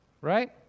Right